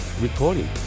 recording